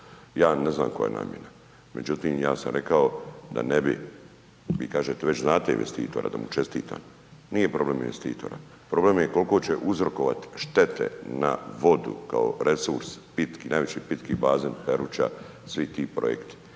ja ne znam koja je namjena. Međutim, ja sam rekao da ne bi, vi kažete već znate investitora da mu čestitam. Nije problem investitora. Problem je koliko će uzrokovati štete na vodu kao resurs najveći pitki bazen Peruća svi tih projekti